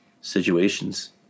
situations